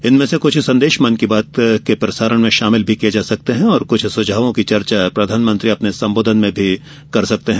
इनमें से कुछ संदेश मन की बात के प्रसारण में शामिल भी किए जा सकते हैं और कुछ सुझावों की चर्चा प्रधानमंत्री अपने संबोधन में कर सकते हैं